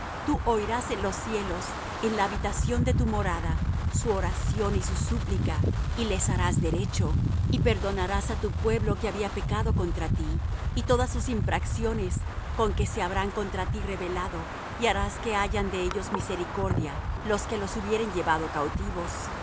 tú oirás en los cielos en la habitación de tu morada su oración y su súplica y les harás derecho y perdonarás á tu pueblo que había pecado contra ti y todas sus infracciones con que se habrán contra ti rebelado y harás que hayan de ellos misericordia los que los hubieren llevado cautivos